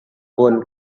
pun